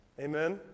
Amen